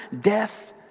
death